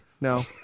No